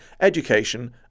education